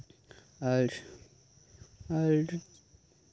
ᱟᱨ ᱟᱨ